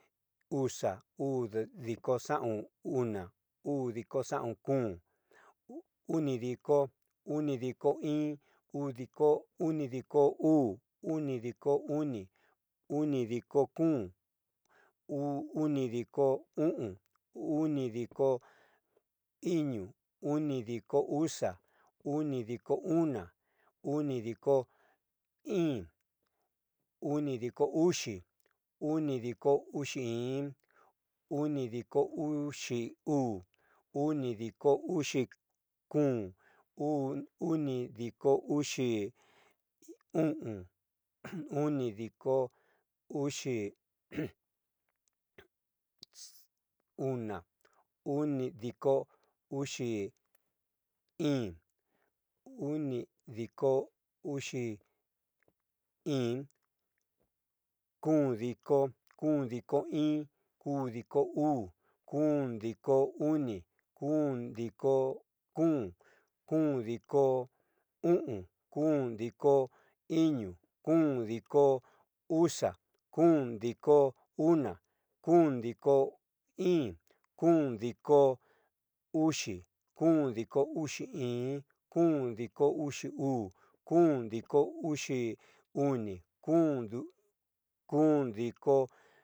Uxa, udiko xaon ona, udiko xaon kom, unidiko, unidiko iin, unidiko unidiko uu, unidiko uni, unidiko kom, uu unidiko o'on, unidiko iño, unidiko uxa, unidiko ona, unidiko íín, unidiko uxi, unidiko uxi iin, unidiko uxi uu, unidiko uxi kom, uu- unidiko uxi o'on, unidiko uxi una, unidiko uxi iin, unidiko uxi iin, komidiko, komidko iin, udiko uu, kun diko oni, onidiko k, omidiko o'on, kon diko iño, kondiko uxa, kom diko ana, kom diko íín, kom diko uxi, kom diko uxi íín, kom diko uxi uu, kom diko uxi oni ko komdiko